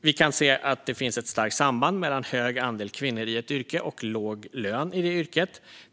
Vi kan se att det finns ett starkt samband mellan hög andel kvinnor i ett yrke och låg lön i det yrket.